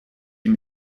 ihm